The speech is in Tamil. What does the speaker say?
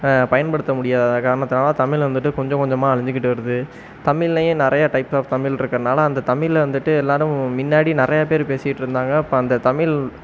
பயன்படுத்த முடியாத காரணத்துனால் தமிழ் வந்துட்டு கொஞ்ச கொஞ்சமா அழிஞ்சுக்கிட்டு வருது தமிழ்லேயே நிறையா டைப் ஆப் தமிழ் இருக்கறதுனால அந்த தமிழில் வந்துவிட்டு எல்லாரும் மின்னாடி நிறையா பேரு பேசிக்கிட்டு இருந்தாங்க இப்போ அந்த தமிழ்